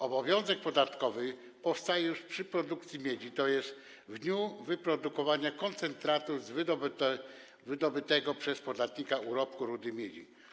Obowiązek podatkowy powstaje już przy produkcji miedzi, tj. w dniu wyprodukowania koncentratu z wydobytego przez podatnika urobku rudy miedzi.